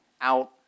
out